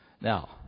Now